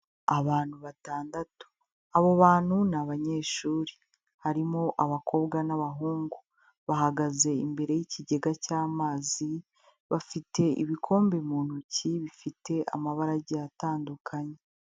Abantu batandatu, abo bantu ni abanyeshuri, harimo abakobwa n'abahungu, bahagaze imbere y'ikigega cy'amazi, bafite ibikombe mu ntoki bifite amabara agiye atandukanye.